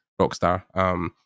Rockstar